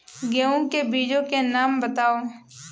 गेहूँ के बीजों के नाम बताओ?